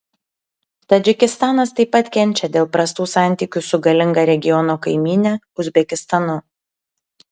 tadžikistanas taip pat kenčia dėl prastų santykių su galinga regiono kaimyne uzbekistanu